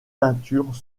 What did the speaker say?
peintures